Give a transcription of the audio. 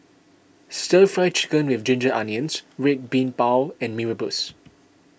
Stir Fry Chicken with Ginger Onions Red Bean Bao and Mee Rebus